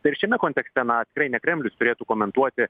tai ir šiame kontekste na tikrai ne kremlius turėtų komentuoti